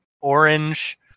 orange